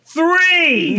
Three